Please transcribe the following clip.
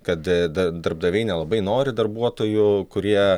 kad a dar darbdaviai nelabai nori darbuotojų kurie